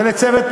מה,